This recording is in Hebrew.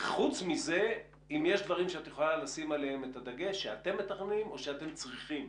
האם יש דברים שאת יכולה לשים עליהם דגש שאתם מתכננים או צריכים?